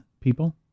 people